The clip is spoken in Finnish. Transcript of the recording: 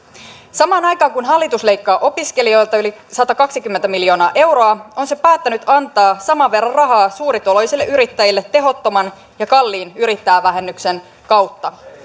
samaan aikaan kun hallitus leikkaa opiskelijoilta yli satakaksikymmentä miljoonaa euroa se on päättänyt antaa saman verran rahaa suurituloisille yrittäjille tehottoman ja kalliin yrittäjävähennyksen kautta